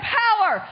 power